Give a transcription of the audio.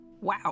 Wow